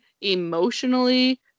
emotionally